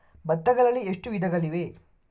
ಭತ್ತಗಳಲ್ಲಿ ಎಷ್ಟು ವಿಧಗಳಿವೆ?